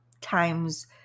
times